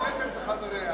של הכנסת וחבריה